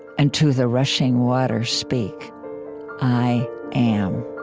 and to the rushing water, speak i am.